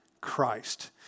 Christ